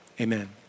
amen